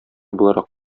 буларак